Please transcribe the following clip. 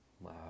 Wow